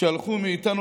שהלכו מאיתנו